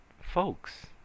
folks